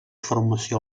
formació